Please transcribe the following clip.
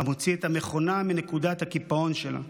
המוציא את המכונה מנקודת הקיפאון שלה,